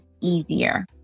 easier